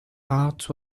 heart